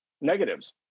negatives